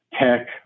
tech